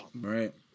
right